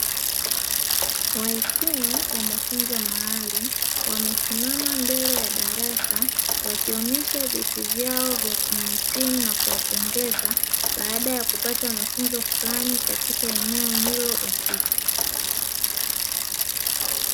Wahitimu wa mafunzo maalumu wamesimama mbele ya darasa, wakionyesha vyeti vyao vya kuhitimu na kuwapongeza baada ya kupata mafunzo fulani katika eneo hilo husika.